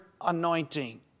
anointing